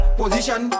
position